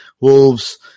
Wolves